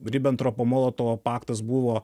ribentropo molotovo paktas buvo